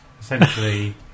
essentially